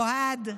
אוהד,